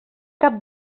cap